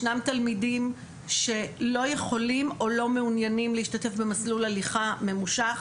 ישנם תלמידים שלא יכולים או לא מעוניינים להשתתף במסלול הליכה ממושך,